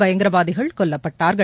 பயங்கரவாதிகள் கொல்லப்பட்டார்கள்